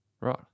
Right